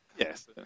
Yes